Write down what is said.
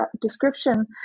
description